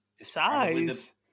Size